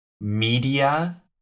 media